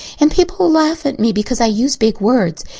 and people laugh at me because i use big words.